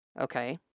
Okay